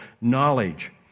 knowledge